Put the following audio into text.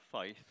faith